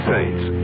Saints